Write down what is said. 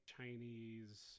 Chinese